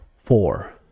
four